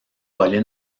pauline